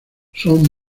son